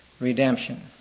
redemption